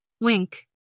Wink